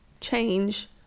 change